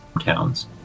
towns